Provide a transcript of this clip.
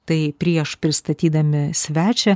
tai prieš pristatydami svečią